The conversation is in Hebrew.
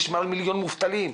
יש מעל מיליון מובטלים,